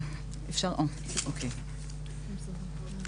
(שקף: ציר הזמן).